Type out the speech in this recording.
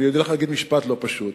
אני הולך להגיד משפט לא פשוט